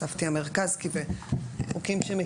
התשפ"ג 2023 מטרה 1. מטרתו של חוק זה להקים מרכז